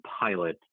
pilot